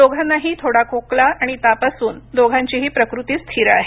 दोघानाही थोडा खोकला आणि ताप असून दोघांचीही प्रकृती स्थिर आहे